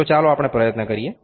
તો ચાલો પ્રયત્ન કરીએ